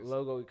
Logo